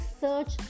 search